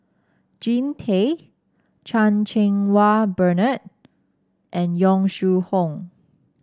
Jean Tay Chan Cheng Wah Bernard and Yong Shu Hoong